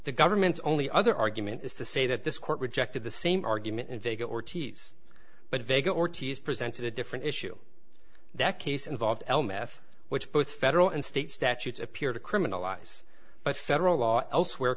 the government only other argument is to say that this court rejected the same argument in vegas ortiz but vega ortiz presented a different issue that case involved l meth which both federal and state statutes appear to criminalize but federal law elsewhere